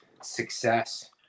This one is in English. success